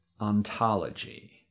Ontology